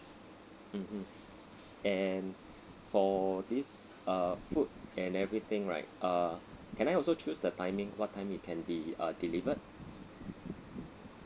mmhmm and for this uh food and everything right uh can I also choose the timing what time it can be uh delivered